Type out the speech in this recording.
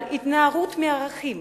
על התנערות מערכים